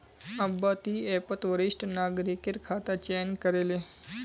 अब्बा ती ऐपत वरिष्ठ नागरिकेर खाता चयन करे ले